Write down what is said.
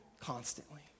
constantly